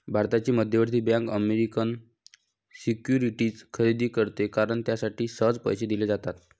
भारताची मध्यवर्ती bank American securities खरेदी करते कारण त्यासाठी सहज पैसे दिले जातात